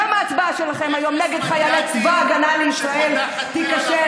גם ההצבעה שלכם היום נגד חיילי צבא ההגנה לישראל תיכשל,